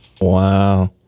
Wow